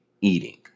eating